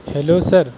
hello sir